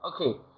Okay